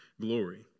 glory